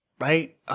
Right